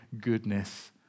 goodness